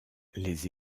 les